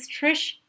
Trish